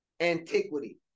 antiquity